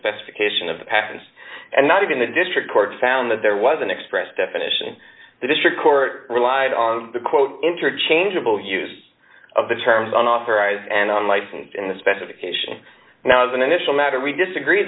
specification of the patents and not even the district court found that there was an express definition the district court relied on the quote interchangeable use of the terms on authorized and on license in the specification now as an initial matter we disagree